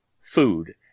food